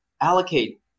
allocate